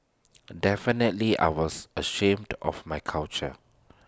definitely I was ashamed of my culture